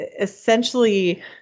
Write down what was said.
essentially